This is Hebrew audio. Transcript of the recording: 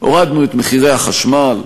הורדנו את מחירי החשמל,